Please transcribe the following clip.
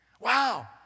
Wow